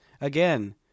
Again